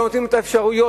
לא נותנים את האפשרויות.